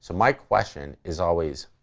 my question is always